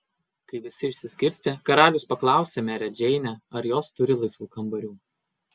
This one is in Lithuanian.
kai visi išsiskirstė karalius paklausė merę džeinę ar jos turi laisvų kambarių